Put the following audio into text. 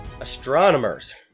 Astronomers